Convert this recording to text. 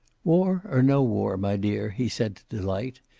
war or no war, my dear, he said to delight,